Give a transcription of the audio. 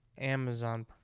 Amazon